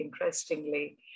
interestingly